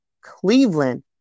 Cleveland